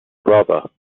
brother